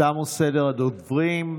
תם סדר הדוברים.